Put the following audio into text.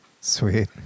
Sweet